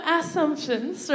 assumptions